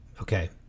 Okay